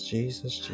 Jesus